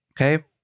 Okay